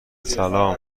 سلام